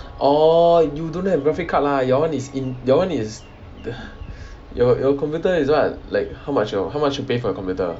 orh you don't have graphic card lah your one is your one is the your your computer is what like how much your how much you pay for your computer